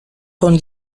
con